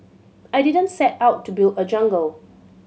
I didn't set out to build a jungle